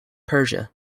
persia